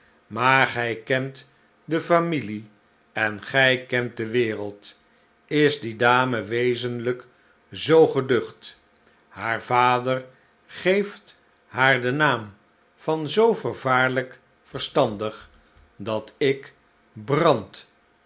maar gij kent de familie en gij kent de wereld is die dame wezenlijk zoo geducht haar vadergeeft haar den naam van zoo vervaarlijk verstandig dat ik brand